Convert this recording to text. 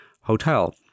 Hotel